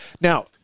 Now